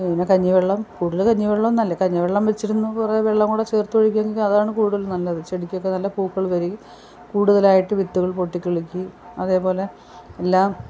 പിന്നെ കഞ്ഞിവെള്ളം കൂടുതൽ കഞ്ഞിവെള്ളം നല്ലാ കഞ്ഞിവെള്ളം വെച്ചിരുന്നു കുറെ വെള്ളോം കൂടി ചേർത്തൊഴിക്കാങ്കിൽ അതാണ് കൂടുതൽ നല്ലത് ചെടിക്കൊക്കെ നല്ല പൂക്കൾ വരികയും കൂടുതലായിട്ട് വിത്തുകൾ പൊട്ടി കിളുക്കയും അതേപോലെ എല്ലാം